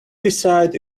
decided